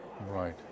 Right